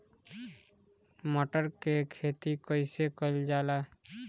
मटर के खेती कइसे कइल जाला?